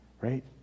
Right